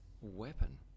weapon